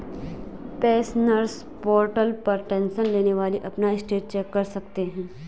pensioners portal पर tension लेने वाली अपना स्टेटस चेक कर सकते हैं